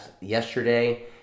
yesterday